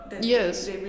Yes